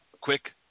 quick